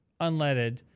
unleaded